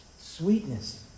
Sweetness